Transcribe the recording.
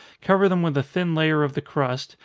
cover them with a thin layer of the crust,